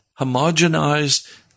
homogenized